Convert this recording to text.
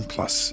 Plus